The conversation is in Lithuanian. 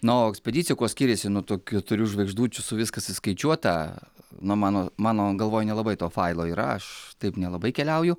na o ekspedicija kuo skiriasi nuo tų keturių žvaigždučių su viskas įskaičiuota na mano mano galvoj nelabai to failo yra aš taip nelabai keliauju